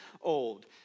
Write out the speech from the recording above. old